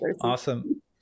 Awesome